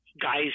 guys